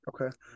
Okay